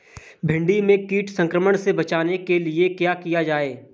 भिंडी में कीट संक्रमण से बचाने के लिए क्या किया जाए?